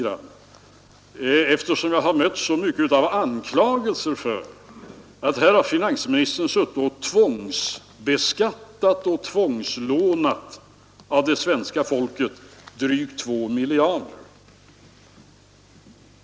Finansministern har många gånger anklagats för att han har suttit och tvångsbeskattat och tvångslånat drygt 2 miljarder av svenska folket.